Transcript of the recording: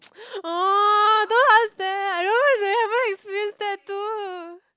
orh don't ask that I don't want I haven't experience that too